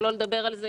שלא לדבר על זה